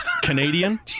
Canadian